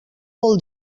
vol